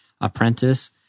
apprentice